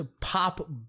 pop